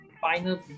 final